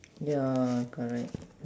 ya correct